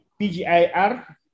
PGIR